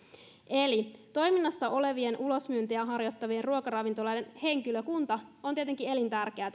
eli toiminnassa olevien ulosmyyntiä harjoittavien ruoka ravintoloiden henkilökunta on tietenkin elintärkeä